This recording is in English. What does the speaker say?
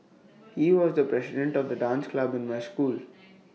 he was the president of the dance club in my school